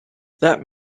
that